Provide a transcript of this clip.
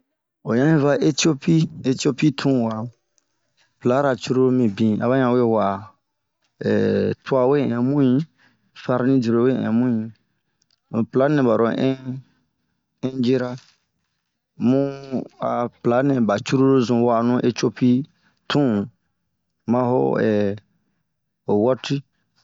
Waɲan yi va iciopi tun wa, plara cururu mibin aba we we'a ehhh tua we ɛn mu yi, farani dure we ɛn mu yi. Mun pla nɛ ba lo ɛnjera, bun a pla nɛ ba cururu zun we'anu icopi tun ma ho ɛɛh howɔti.